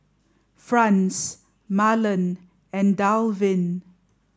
Franz Marlen and Dalvin